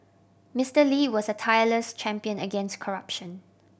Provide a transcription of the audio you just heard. Mister Lee was a tireless champion against corruption